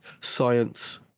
science